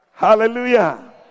Hallelujah